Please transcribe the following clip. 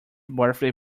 birthday